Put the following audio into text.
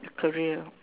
your career